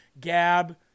Gab